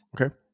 Okay